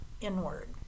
inward